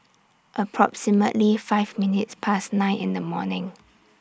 approximately five minutes Past nine in The morning